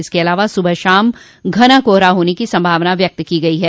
इसके अलावा सुबह शाम घना कोहरा होने की संभावना व्यक्त की है